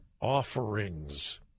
offerings